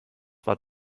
war